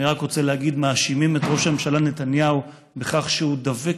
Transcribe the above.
אני רק רוצה להגיד: מאשימים את ראש הממשלה נתניהו בכך שהוא דבק